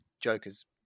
joker's